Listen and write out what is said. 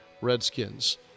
Redskins